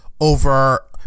over